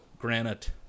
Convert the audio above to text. granite